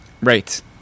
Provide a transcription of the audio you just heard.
right